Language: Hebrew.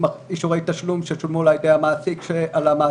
אישורי תשלום ששולמו לה על המעסיק,